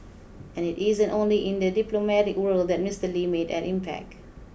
and it isn't only in the diplomatic world that Mister Lee made an impact